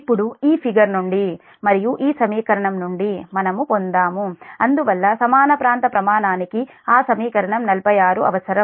ఇప్పుడు ఈ ఫిగర్ నుండి మరియు ఈ సమీకరణం నుండి మనము పొందాము అందువల్ల సమాన ప్రాంత ప్రమాణానికి ఆ సమీకరణం 46 అవసరం